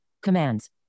commands